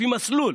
לפי מסלול.